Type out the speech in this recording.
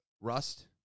rust